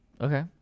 Okay